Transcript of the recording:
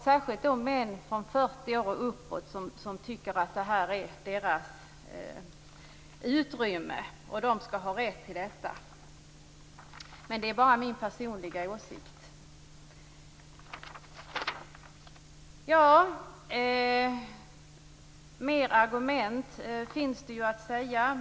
Särskilt män från 40 år och uppåt som tycker att det här är deras utrymme, och att de skall ha rätt till detta. Men det är bara min personliga åsikt. Det finns fler argument att ta upp.